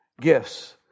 gifts